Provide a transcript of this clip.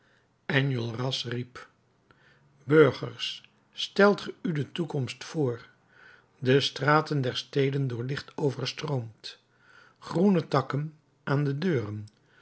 enjolras riep burgers stelt ge u de toekomst voor de straten der steden door licht overstroomd groene takken aan de deuren